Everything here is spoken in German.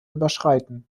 überschreiten